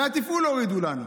ומאיפה הם הורידו לנו?